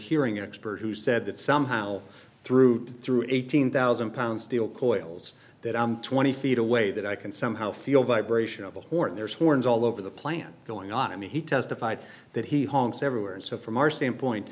hearing expert who said that somehow through to through eighteen thousand pound steel coils that i'm twenty feet away that i can somehow feel vibration of the horn there's horns all over the planet going on i mean he testified that he honks everywhere and so from our standpoint